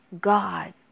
God